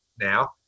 Now